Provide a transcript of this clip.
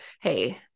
Hey